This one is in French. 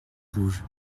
rouge